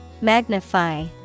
Magnify